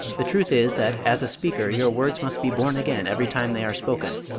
the truth is, that as a speaker your words must be born again every time they are spoken,